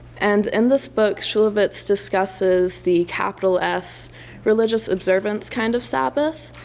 and in this book shulevitz discusses the capital s religious observance kind of sabbath,